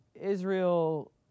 Israel